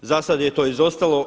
Za sad je to izostalo.